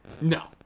No